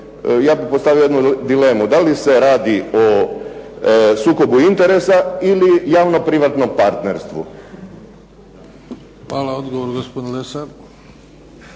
ja bih postavio jednu dilemu. Da li se radi o sukobu interesa ili javno-privatnom partnerstvu? **Bebić, Luka (HDZ)** Hvala. Odgovor gospodin Lesar.